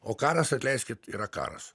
o karas atleiskit yra karas